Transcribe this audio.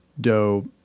dough